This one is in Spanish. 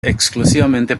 exclusivamente